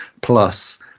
plus